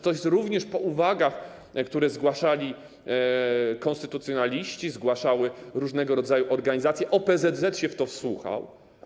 To jest również po uwagach, które zgłaszali konstytucjonaliści, zgłaszały różnego rodzaju organizacje, OPZZ się w to wsłuchał.